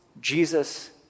Jesus